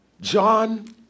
John